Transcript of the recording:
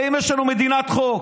הרי אם יש לנו מדינת חוק,